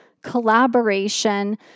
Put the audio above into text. collaboration